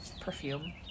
Perfume